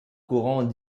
courant